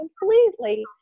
completely